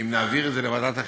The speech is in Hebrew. שאם נעביר את זה לוועדת החינוך,